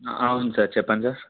అవును సార్ చెప్పండి సార్